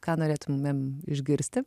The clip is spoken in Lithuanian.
ką norėtumėm išgirsti